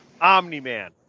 Omni-Man